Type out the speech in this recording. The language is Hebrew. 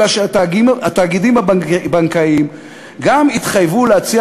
אלא שהתאגידים הבנקאיים גם התחייבו להציע